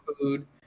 food